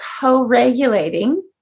co-regulating